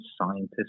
scientists